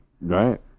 Right